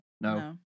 No